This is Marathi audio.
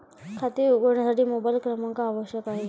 खाते उघडण्यासाठी मोबाइल क्रमांक आवश्यक आहे